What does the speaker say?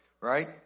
right